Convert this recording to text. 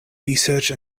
research